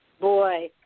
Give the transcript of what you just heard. boy